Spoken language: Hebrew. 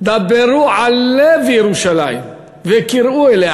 "דברו על לב ירושלים וקראו אליה".